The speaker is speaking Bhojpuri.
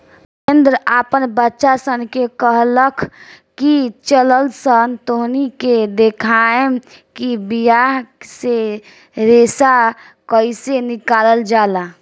सुरेंद्र आपन बच्चा सन से कहलख की चलऽसन तोहनी के देखाएम कि बिया से रेशा कइसे निकलाल जाला